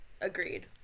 Agreed